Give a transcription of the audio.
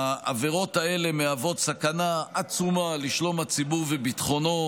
העבירות האלה מהוות סכנה עצומה לשלום הציבור וביטחונו.